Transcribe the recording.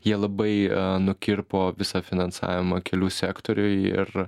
jie labai nukirpo visą finansavimą kelių sektoriui ir